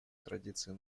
традиции